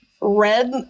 red